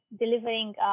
delivering